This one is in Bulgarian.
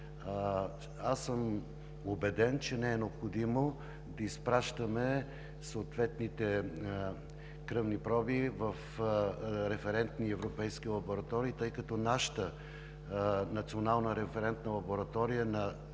съм, че не е необходимо да изпращаме съответните кръвни проби в референтни европейски лаборатории, тъй като нашата Национална референтна лаборатория е